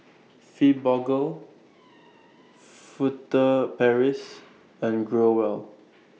Fibogel Furtere Paris and Growell